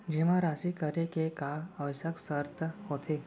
जेमा राशि करे के का आवश्यक शर्त होथे?